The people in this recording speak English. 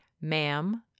Ma'am